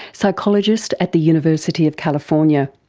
psychologist at the university of california.